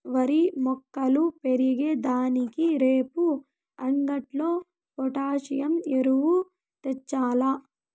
ఓరి మొక్కలు పెరిగే దానికి రేపు అంగట్లో పొటాసియం ఎరువు తెచ్చాల్ల